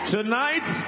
Tonight